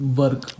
work